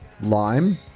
lime